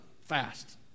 fast